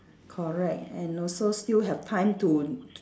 correct and also still have time to t~